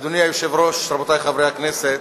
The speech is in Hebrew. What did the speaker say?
אדוני היושב-ראש, רבותי חברי הכנסת,